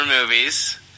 movies